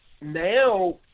now